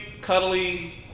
cuddly